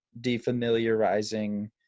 defamiliarizing